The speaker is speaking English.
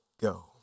go